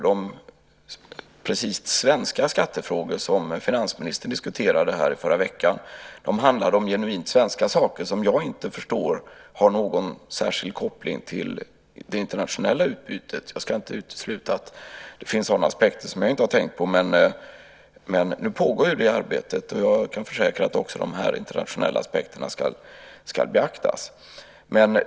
De precist svenska skattefrågor som finansministern diskuterade här förra veckan handlar om genuint svenska saker som såvitt jag förstår inte har någon särskild koppling till det internationella utbudet. Jag ska dock inte utesluta att det finns sådana aspekter som jag inte tänkt på, men nu pågår det arbetet. Jag kan försäkra att också de här internationella aspekterna ska beaktas.